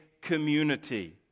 community